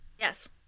Yes